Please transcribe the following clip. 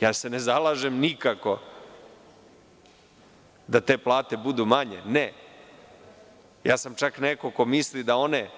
Ja se nikako ne zalažem da te plate budu manje, ja sam čak neko ko misli da one